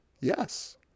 yes